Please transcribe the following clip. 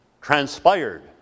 transpired